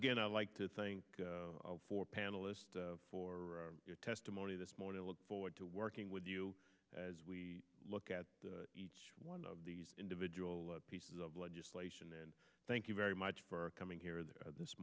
again i'd like to think four panelists for your testimony this morning i look forward to working with you as we look at each one of these individual pieces of legislation and thank you very much for coming here this